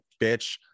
bitch